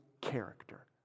character